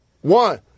one